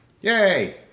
Yay